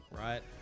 Right